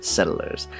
Settlers